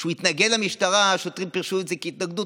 כשהוא התנגד למשטרה השוטרים פירשו את זה כהתנגדות,